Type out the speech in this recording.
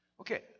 okay